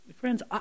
Friends